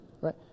Right